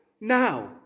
now